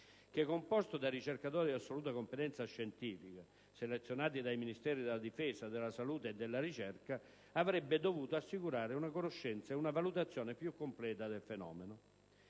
che, composto da ricercatori di assoluta competenza scientifica, selezionati dai Ministeri della difesa, della salute e della ricerca, avrebbe dovuto assicurare una conoscenza e una valutazione più completa del fenomeno.